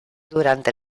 durante